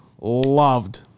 loved